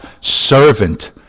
servant